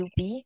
UP